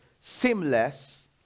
seamless